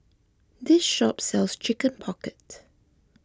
this shop sells Chicken Pocket